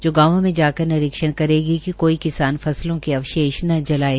जो गांवों में जाकर निरीक्षण करेगी कि कोई किसान फसलों के अवशेष न जलाये